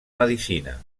medicina